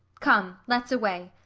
come, let's away.